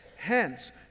Hence